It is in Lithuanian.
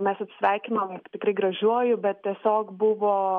mes atsisveikinom tikrai gražiuoju bet tiesiog buvo